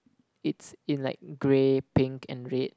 it's in like grey pink and red